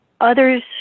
others